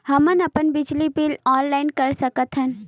हमन अपन बिजली बिल ऑनलाइन कर सकत हन?